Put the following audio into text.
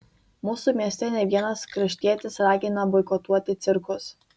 mūsų mieste ne vienas kraštietis ragina boikotuoti cirkus